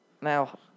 Now